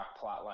plotline